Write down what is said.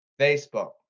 Facebook